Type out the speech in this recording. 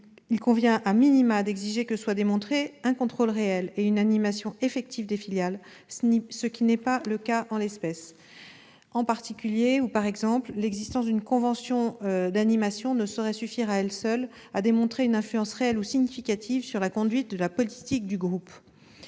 Il convient,, que soient démontrés un contrôle réel et une animation effective des filiales, ce qui n'est pas le cas en l'espèce. Ainsi, l'existence d'une convention d'animation ne saurait suffire à démontrer une influence réelle ou significative sur la conduite de la politique du groupe.